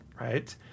right